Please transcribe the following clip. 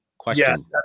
question